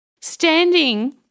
Standing